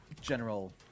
general